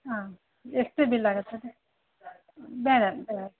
ಹಾಂ ಎಷ್ಟು ಬಿಲ್ ಆಗತ್ತೆ ಅದು ಬೇಡ ಬೇಡ